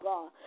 God